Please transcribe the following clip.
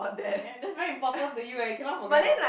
ya that's very important to you eh you cannot forget what